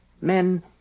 Men